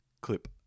Clip